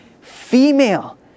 female